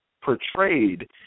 portrayed